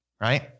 Right